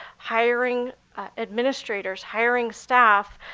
hiring administrators, hiring staff.